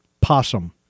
Possum